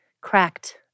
Cracked